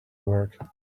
work